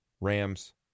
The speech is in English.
Rams